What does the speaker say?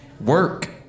work